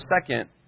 second